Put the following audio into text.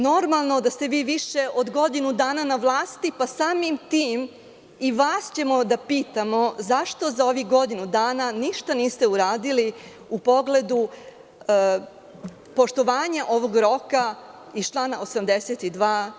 Normalno da ste vi više od godinu dana na vlasti pa samim tim i vas ćemo da pitamo zašto za ovih godinu dana ništa niste uradili u pogledu poštovanja ovog roka iz člana 82.